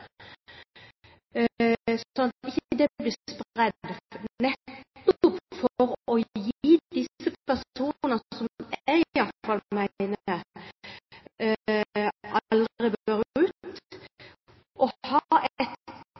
sånn at den ikke blir spredd, nettopp for å gi disse personene som jeg i alle fall mener aldri bør ut, å ha